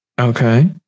Okay